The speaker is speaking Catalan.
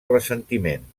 ressentiment